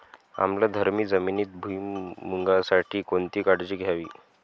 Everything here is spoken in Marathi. आम्लधर्मी जमिनीत भुईमूगासाठी कोणती काळजी घ्यावी?